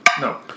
No